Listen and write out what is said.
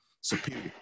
superior